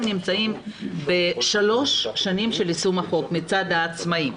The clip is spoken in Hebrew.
נמצאים בשלוש שנים של יישום החוק מצד עצמאים,